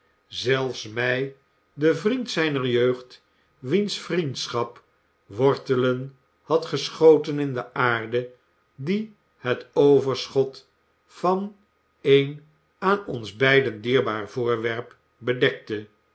zelfs mij den vriend zijner jeugd wiens vriendschap wortelen had geschoten in de aarde die het overschot van een aan ons beiden dierbaar voorwerp bedekte